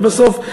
ובסוף,